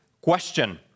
question